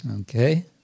Okay